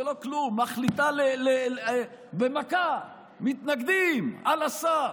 מחליטה במכה, מתנגדים על הסף.